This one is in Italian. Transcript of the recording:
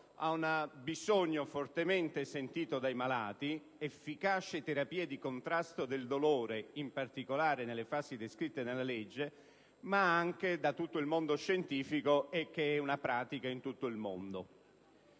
a un bisogno fortemente sentito dai malati, (un'efficace terapia di contrasto del dolore, in particolare nelle fasi descritte nella legge) e da tutto il mondo scientifico, visto che è una pratica prevista in tutto il mondo.